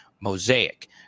mosaic